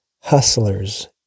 hustlers